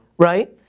right?